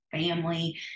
family